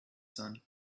son